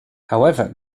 however